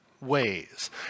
ways